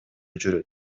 жүрөт